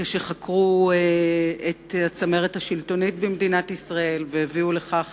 כשחקרו את הצמרת השלטונית במדינת ישראל והביאו לכך